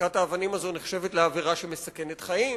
זריקת האבנים הזאת נחשבת לעבירה שמסכנת חיים